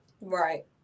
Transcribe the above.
Right